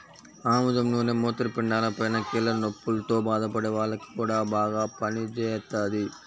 ఆముదం నూనె మూత్రపిండాలపైన, కీళ్ల నొప్పుల్తో బాధపడే వాల్లకి గూడా బాగా పనిజేత్తది